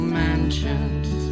mansions